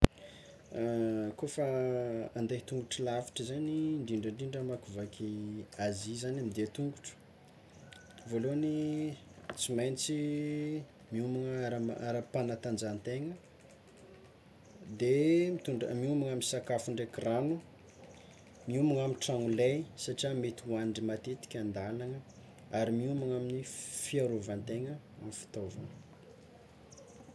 Kôfa ande tongotro lavitra zany indrindrindrindra hamakivaky Azia zany ande tongotro, voalohany tsy maintsy miomagna ara-panatanjahantegna de mito- miomagna amin'ny sakafo ndraiky rano, miomagna amy tragno ley satria mety ho andry matetika an-dalagna ary miomagna amin'ny fiarovan-tegna amy fitaovana.